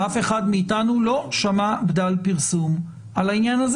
אף אחד מאיתנו לא שמע בדל פרסום על העניין הזה.